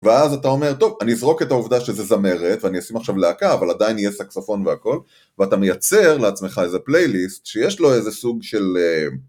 ואז אתה אומר טוב אני אזרוק את העובדה שזה זמרת ואני אשים עכשיו להקה אבל עדיין יהיה סקסופון והכל ואתה מייצר לעצמך איזה פלייליסט שיש לו איזה סוג של